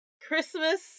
christmas